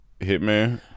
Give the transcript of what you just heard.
hitman